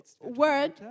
word